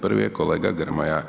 Prvi je kolega Grmoja.